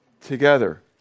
together